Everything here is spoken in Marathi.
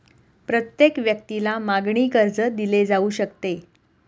प्रत्येक व्यक्तीला मागणी कर्ज दिले जाऊ शकते